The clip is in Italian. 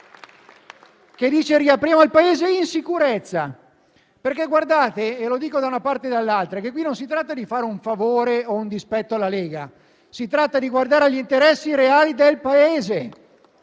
e dice di farlo in sicurezza. Guardate - e lo dico da una parte e dall'altra - che qui non si tratta di fare un favore o un dispetto alla Lega, ma di guardare agli interessi reali del Paese